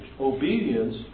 Obedience